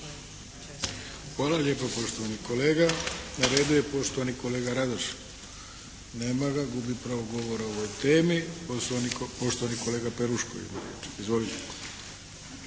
Hvala lijepa poštovani kolega. Na redu je poštovani kolega Radoš. Nema ga. Gubi pravo govora o ovoj temi. Poštovani kolega Peruško. Izvolite.